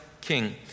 king